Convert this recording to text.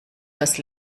das